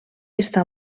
està